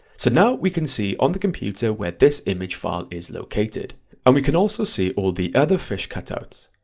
so now we can see on the computer where this image file is located and we can also see all the other fish cutouts.